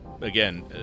again